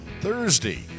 Thursday